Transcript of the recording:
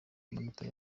amatora